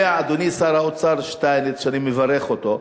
יודע אדוני שר האוצר שטייניץ שאני מברך אותו,